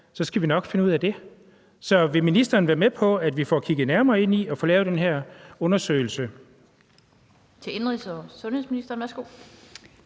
så skal vi nok finde ud af det. Så vil ministeren være med på, at vi får kigget nærmere ind i at få lavet den her undersøgelse? Kl. 15:44 Den fg.